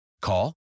Call